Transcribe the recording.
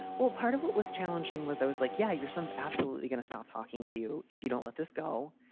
well, part of what was challenging was i was like, yeah, your son's absolutely going to start talking to you if you don't let this go.